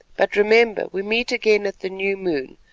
but remember we meet again at the new moon,